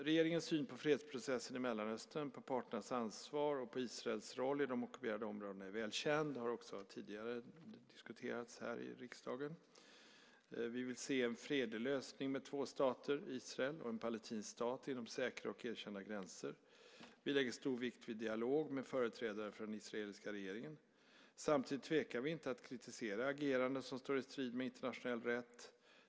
Regeringens syn på fredsprocessen i Mellanöstern, på parternas ansvar och på Israels roll i de ockuperade områdena är väl känd och har också tidigare diskuterats här i riksdagen. Vi vill se en fredlig lösning med två stater - Israel och en palestinsk stat - inom säkra och erkända gränser. Vi lägger stor vikt vid dialog med företrädare för den israeliska regeringen. Samtidigt tvekar vi inte att kritisera ageranden som står i strid med internationell rätt.